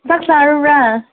ꯆꯥꯛ ꯆꯥꯔꯕ꯭ꯔꯥ